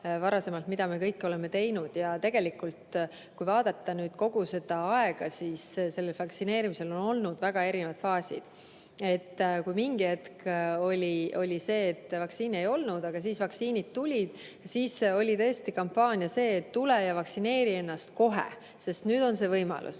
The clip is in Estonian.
loetlesin, mida me kõike oleme teinud. Tegelikult, kui vaadata kogu seda aega, siis vaktsineerimisel on olnud väga erinevad faasid. Mingi hetk oli, kus vaktsiine ei olnud, aga siis vaktsiinid tulid ja siis oli tõesti kampaania, et tule ja vaktsineeri ennast kohe, sest nüüd on see võimalus,